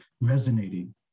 resonating